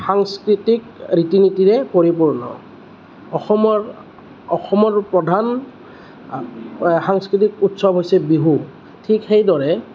সাংস্কৃতিক ৰীতি নীতিৰে পৰিপূৰ্ণ অসমৰ অসমৰ প্ৰধান সাংস্কৃতিক উৎসৱ হৈছে বিহু ঠিক সেইদৰে